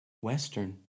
Western